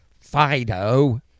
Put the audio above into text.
Fido